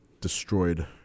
destroyed